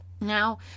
Now